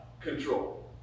control